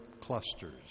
clusters